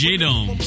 J-Dome